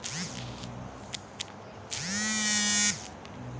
मैं कितनी बार सर्विस चार्ज चुकाए बिना ए.टी.एम से पैसे निकाल सकता हूं?